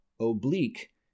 Oblique